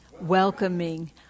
welcoming